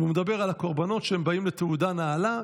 הוא מדבר על הקורבנות שהם באים לתעודה נעלה.